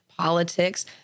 politics—